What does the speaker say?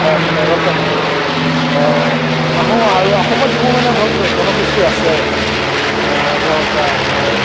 মানে ৰপ্তানি কৰে আহোঁ আৰু অসমৰ যিবোৰ মানে ধৰক জনগোষ্ঠী আছে বা ধৰক আপোনাৰ